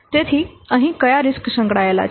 તેથી અહીં કયા રીસ્ક સંકળાયેલા છે